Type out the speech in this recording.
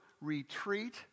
retreat